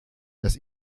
dass